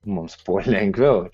mums buvo lengviau